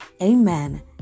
amen